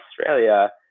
Australia